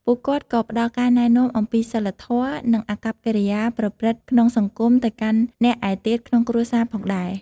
ពួកគាត់ក៏ផ្តល់ការណែនាំអំពីសីលធម៌ និងអាកប្បកិរិយាប្រព្រឹត្តក្នុងសង្គមទៅកាន់អ្នកឯទៀតក្នុងគ្រួសារផងដែរ។